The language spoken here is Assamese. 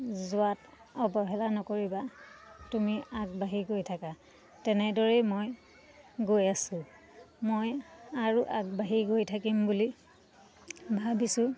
যোৱাত অৱহেলা নকৰিবা তুমি আগবাঢ়ি গৈ থাকা তেনেদৰেই মই গৈ আছোঁ মই আৰু আগবাঢ়ি গৈ থাকিম বুলি ভাবিছোঁ